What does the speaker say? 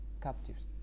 captives